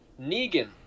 negan